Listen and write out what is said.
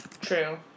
True